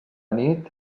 nit